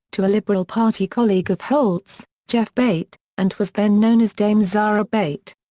to a liberal party colleague of holt's, jeff bate, and was then known as dame zara bate.